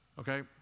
okay